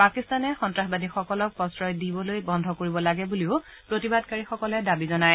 পাকিস্তানে সন্তাসবাদীসকলক প্ৰশ্ৰয় দিবলৈ বন্ধ কৰিব লাগে বুলিও প্ৰতিবাদকাৰীসকলে দাবী জনায়